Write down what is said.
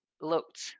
looked